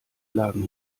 lagen